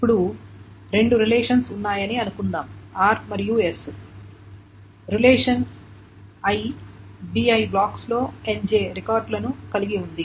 ఇప్పుడు రెండు సంబంధాలు ఉన్నాయని అనుకుందాం r మరియు s మరియు రిలేషన్ i bi బ్లాక్స్లో ni రికార్డులను కలిగిఉంది